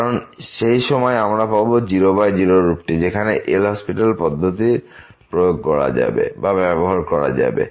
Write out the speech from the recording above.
কারণ সেই সময় আমরা পাব 00 রূপটি যেখানে এল হসপিটাল পদ্ধতি ব্যবহার করা যাবে